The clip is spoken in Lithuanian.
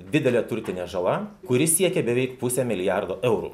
didelė turtinė žala kuri siekia beveik pusę milijardo eurų